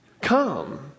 Come